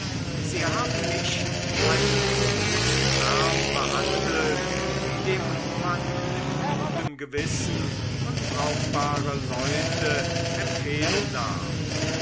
sie haben mich wie einen großen herrn behandelt dem man mit gutem gewissen unbrauchbare leute empfehlen darf